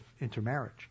intermarriage